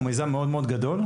הוא מיזם מאוד גדול,